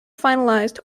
finalized